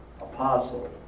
apostle